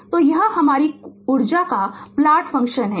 तो यह आपका ऊर्जा प्लॉट फंक्शन प्लॉट है